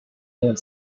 their